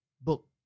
book